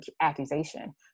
accusation